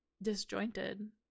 Disjointed